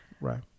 Right